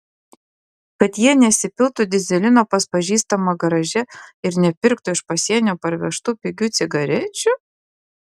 kad jie nesipiltų dyzelino pas pažįstamą garaže ir nepirktų iš pasienio parvežtų pigių cigarečių